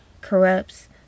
corrupts